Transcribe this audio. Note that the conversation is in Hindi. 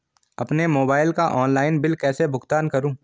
अपने मोबाइल का ऑनलाइन बिल कैसे भुगतान करूं?